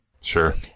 Sure